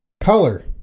Color